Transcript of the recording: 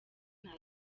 nta